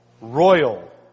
royal